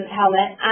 helmet